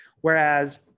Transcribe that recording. Whereas